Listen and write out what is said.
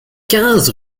quinze